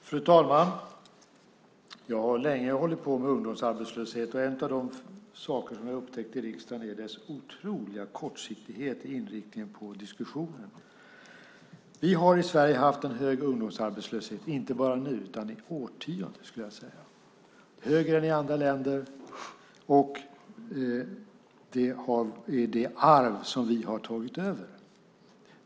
Fru talman! Jag har länge hållit på med ungdomsarbetslöshet, och en av de saker som jag har upptäckt i riksdagen är den otroliga kortsiktigheten i inriktningen på diskussionen. Vi har i Sverige haft en hög ungdomsarbetslöshet, inte bara nu, utan i årtionden, skulle jag vilja säga. Den är högre än i andra länder, och det är det arv som vi har tagit över.